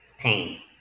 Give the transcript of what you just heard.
pain